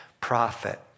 prophet